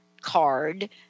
card